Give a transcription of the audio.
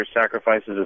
sacrifices